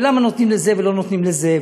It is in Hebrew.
ולמה נותנים לזה ולא נותנים לזה?